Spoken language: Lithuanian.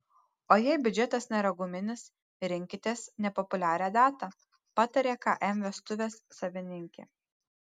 o jei biudžetas nėra guminis rinkitės nepopuliarią datą pataria km vestuvės savininkė